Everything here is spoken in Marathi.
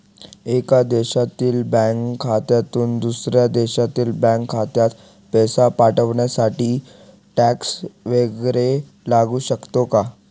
एका देशातील बँक खात्यातून दुसऱ्या देशातील बँक खात्यात पैसे पाठवण्यासाठी टॅक्स वैगरे लागू शकतो का?